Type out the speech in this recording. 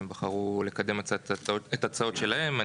הם בחרו לקדם את ההצעות שלהם.